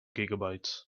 gigabytes